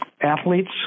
athletes